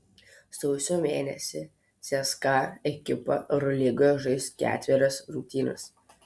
sausio mėnesį cska ekipa eurolygoje žais ketverias rungtynes